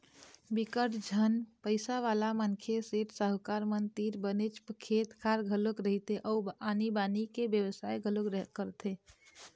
बिकट झन पइसावाला मनखे, सेठ, साहूकार मन तीर बनेच खेत खार घलोक रहिथे अउ आनी बाकी के बेवसाय घलोक करथे